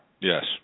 Yes